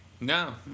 No